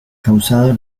causado